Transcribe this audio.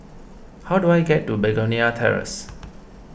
how do I get to Begonia Terrace